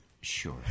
Sure